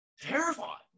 terrified